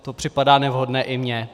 To připadá nevhodné i mně.